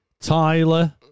Tyler